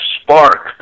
spark